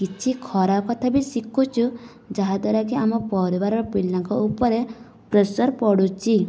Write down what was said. କିଛି ଖରାପ କଥା ବି ଶିଖୁଛୁ ଯାହାଦ୍ଵାରା କି ଆମ ପରିବାର ପିଲାଙ୍କ ଉପରେ ପ୍ରେସର ପଡ଼ୁଛି